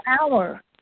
hour